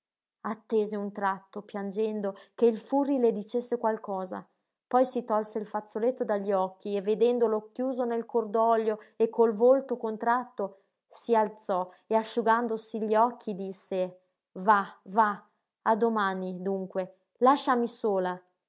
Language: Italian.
attese un tratto piangendo che il furri le dicesse qualcosa poi si tolse il fazzoletto dagli occhi e vedendolo chiuso nel cordoglio e col volto contratto si alzò e asciugandosi gli occhi disse va va a domani dunque lasciami sola